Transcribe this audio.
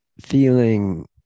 feeling